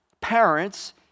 parents